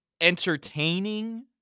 entertaining